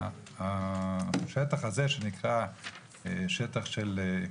השטח הזה שנקרא שטח של,